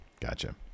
Gotcha